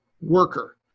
worker